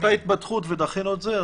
הייתה התפתחות ודחינו את זה.